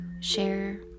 share